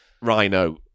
Rhino